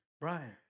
Brian